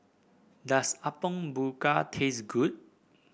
does Apom Berkuah taste good